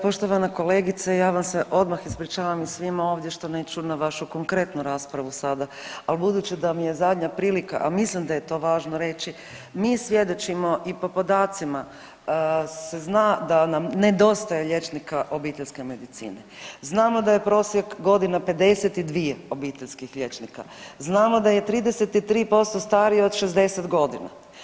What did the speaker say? Poštovana kolegice ja vam se odmah ispričavam i svima ovdje što neću na vašu konkretnu raspravu sada, al budući da mi je zadnja prilika, a mislim da je to važno reći, mi svjedočimo i po podacima se zna da nam nedostaje liječnika obiteljske medicine, znamo da je prosjek godina 52 obiteljskih liječnika, znamo da je 33% starije od 60 godina.